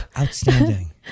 Outstanding